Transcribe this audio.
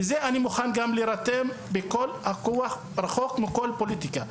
לזה אני גם מוכן להירתם בכל הכוח והרחק מכל פוליטיקה.